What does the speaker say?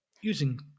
using